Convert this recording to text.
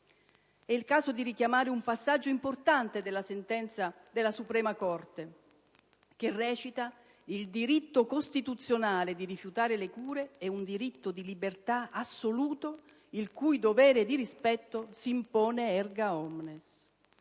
È il caso di richiamare un passaggio importante della sentenza della Suprema Corte, che recita: «Il diritto costituzionale di rifiutare le cure è un diritto di libertà assoluto, il cui dovere di rispetto si impone *erga omnes*».